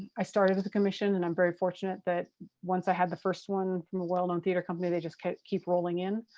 i started with a commission and i'm very fortunate that once i had the first one from a well-known theater company, they just keep keep rolling in.